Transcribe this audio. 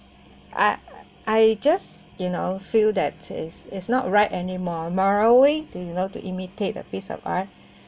I I just you know feel that is is not right any more morally do you know to imitate piece of art